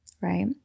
right